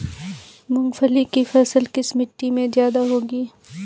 मूंगफली की फसल किस मिट्टी में ज्यादा होगी?